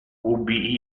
ubi